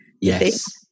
Yes